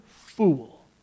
fool